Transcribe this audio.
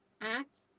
act